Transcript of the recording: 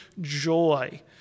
joy